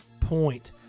point